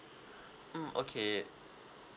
mm okay